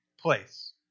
place